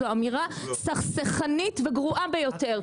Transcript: זאת אמירה סכסכנית וגרועה ביותר,